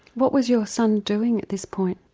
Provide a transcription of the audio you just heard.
what was your son doing at this point?